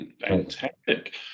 Fantastic